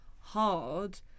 hard